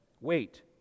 Wait